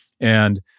And-